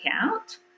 out